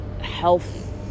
health